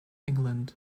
england